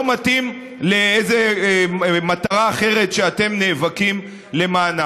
מתאים לאיזו מטרה אחרת שאתם נאבקים למענה.